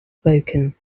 spoken